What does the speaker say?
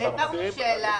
העברנו שאלה.